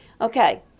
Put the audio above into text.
Okay